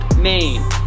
Maine